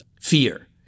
fear